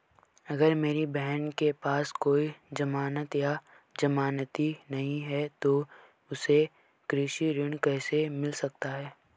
अगर मेरी बहन के पास कोई जमानत या जमानती नहीं है तो उसे कृषि ऋण कैसे मिल सकता है?